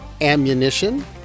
ammunition